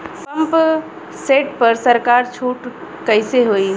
Pump set पर सरकार छूट कईसे होई?